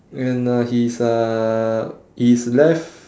and uh his uh his left